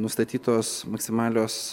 nustatytos maksimalios